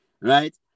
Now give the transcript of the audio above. right